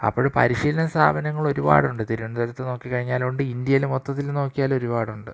അപ്പോള് പരിശീലന സ്ഥാപനങ്ങള് ഒരുപാടുണ്ട് തിരുവനന്തപുരത്ത് നോക്കിക്കഴിഞ്ഞാലുണ്ട് ഇന്ത്യയില് മൊത്തത്തില് നോക്കിയാല് ഒരുപാടുണ്ട്